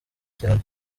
cyane